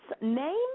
name